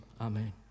Amen